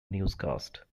newscast